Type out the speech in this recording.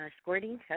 squirting